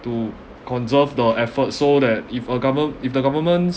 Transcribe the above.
to conserve the effort so that if a gove~ if the governments